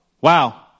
Wow